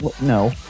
no